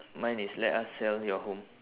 mine is let us sell your home